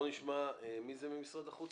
נשמע ממשרד החוץ